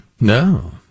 No